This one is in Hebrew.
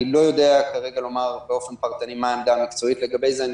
כרגע אני לא יודע לומר באופן פרטני מה העמדה המקצועית לגבי זה.